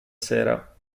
sera